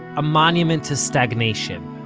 a monument to stagnation.